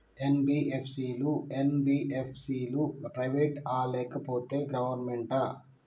NBFC లు, MBFC లు private ఆ లేకపోతే గవర్నమెంటా?